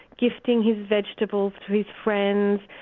gifting his vegetables to his friends,